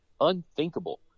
unthinkable